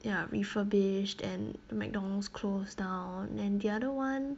ya refurbished and the McDonald's closed down and the other one